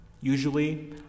Usually